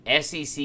SEC